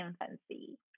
infancy